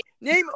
name